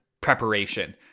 preparation